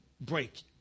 break